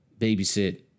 babysit